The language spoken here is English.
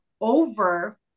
over –